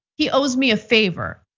he owes me a favor.